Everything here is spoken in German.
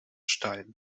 stein